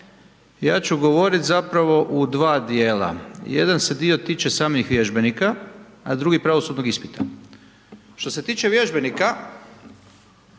Ja ću govoriti zapravo u 2 dijela, jedan se dio tiče samih vježbenika, a drugi pravosudnog ispita. Što se tiče vježbenika,